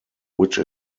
which